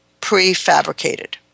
prefabricated